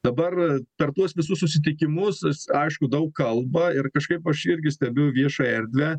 dabar per tuos visus susitikimus jis aišku daug kalba ir kažkaip aš irgi stebiu viešąją erdvę